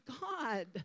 God